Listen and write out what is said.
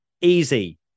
Easy